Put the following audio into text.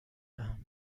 دهم